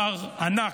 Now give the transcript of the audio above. דבר ענק,